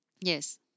Yes